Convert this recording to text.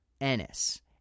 Ennis